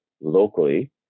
locally